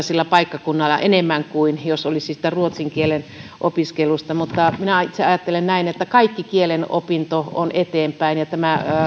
sillä paikkakunnalla enemmän hyötyä kuin olisi siitä ruotsin kielen opiskelusta mutta minä itse ajattelen näin että kaikki kielenopinto on eteenpäin ja